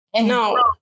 no